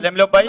הם לא באים.